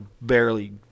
barely